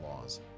laws